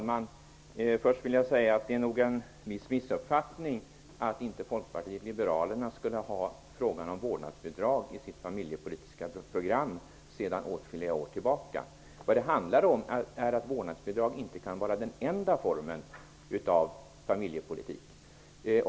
Herr talman! Det är en missuppfattning att inte Folkpartiet liberalerna skulle ha frågan om vårdnadsbidrag i sitt familjepolitiska program sedan åtskilliga år tillbaka. Vad det handlar om är att vårdnadsbidrag inte kan vara den enda formen av familjepolitik.